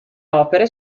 opere